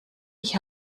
ich